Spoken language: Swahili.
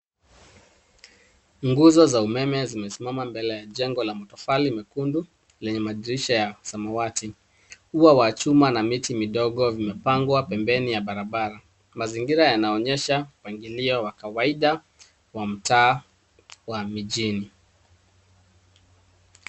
Nguzo za umeme zimesimama mbele ya jengo la matofali mekundu lenye madirisha ya samawati. Ua wa chuma na miti midogo imepandwa pembeni ya barabara. Mazingira yanaonyesha mpangilio wa kawaida wa mtaa wa mijini.